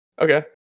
Okay